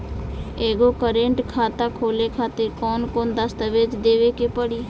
एगो करेंट खाता खोले खातिर कौन कौन दस्तावेज़ देवे के पड़ी?